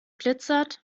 glitzert